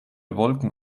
wolken